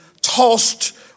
tossed